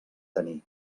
tenir